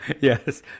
Yes